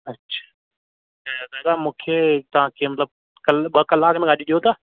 अच्छा न दादा मूंखे तव्हां अची वयुमि मतलबु कल ॿ कलाक में गाॾी ॾियो था